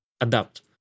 adapt